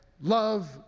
love